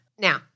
Now